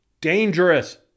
Dangerous